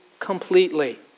Completely